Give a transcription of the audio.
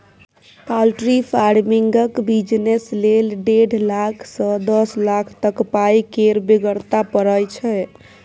poultry फार्मिंगक business लेल डेढ़ लाख सँ दस लाख तक पाइ केर बेगरता परय छै